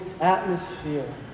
atmosphere